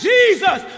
Jesus